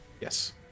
Yes